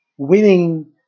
Winning